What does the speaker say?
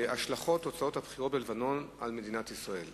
הנושא הבא: השלכות תוצאות הבחירות בלבנון על מדינת ישראל,